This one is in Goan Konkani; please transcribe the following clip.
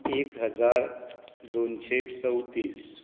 एक हजार दोनशें चवतीस